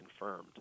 confirmed